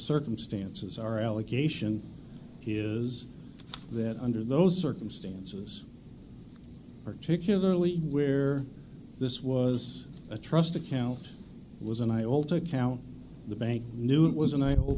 circumstances our allegation is that under those circumstances particularly where this was a trust account was and i all take account the bank knew it was and i ho